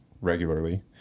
regularly